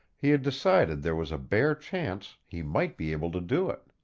he had decided there was a bare chance he might be able to do it.